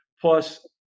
Plus